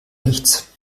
nichts